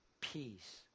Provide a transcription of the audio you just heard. peace